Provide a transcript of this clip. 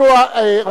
חבר הכנסת חסון מציע,